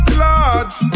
large